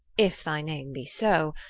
if thy name be so,